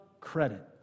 credit